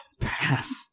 pass